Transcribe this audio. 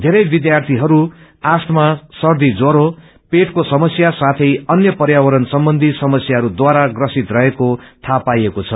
धेरै विद्यार्थीहरू अस्तमा सर्दी ज्वरो पेटको समस्या साथै अन्य पर्यावरण सम्बन्धी समस्याहरूद्वारा ग्रसित रहेको थाहा पाइएको छ